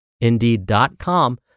Indeed.com